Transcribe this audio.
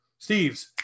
steves